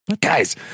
guys